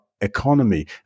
economy